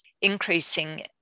increasing